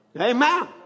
Amen